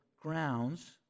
grounds